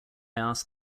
asked